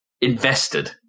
invested